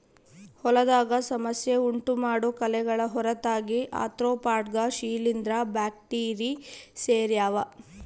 ಹೊಲದಾಗ ಸಮಸ್ಯೆ ಉಂಟುಮಾಡೋ ಕಳೆಗಳ ಹೊರತಾಗಿ ಆರ್ತ್ರೋಪಾಡ್ಗ ಶಿಲೀಂಧ್ರ ಬ್ಯಾಕ್ಟೀರಿ ಸೇರ್ಯಾವ